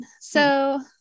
So-